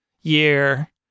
year